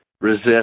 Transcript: resist